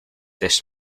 this